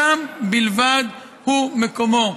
שם בלבד הוא מקומו.